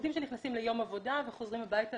עובדים שנכנסים ליום עבודה וחוזרים הביתה